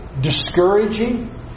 discouraging